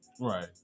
Right